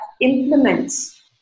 implements